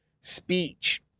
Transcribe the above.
speech